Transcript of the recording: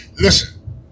Listen